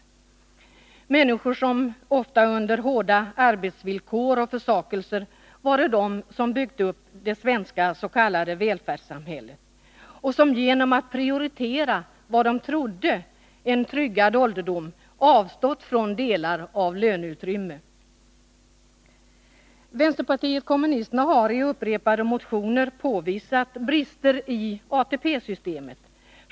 Det är frågan om människor som ofta under hårda arbetsvillkor och försakelser varit med om att bygga upp det svenska s.k. välfärdssamhället och som genom att prioritera vad de trodde skulle vara en tryggad ålderdom avstått från delar av löneutrymme. Vpk har i upprepade motioner påvisat brister i ATP-systemet.